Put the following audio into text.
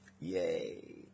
Yay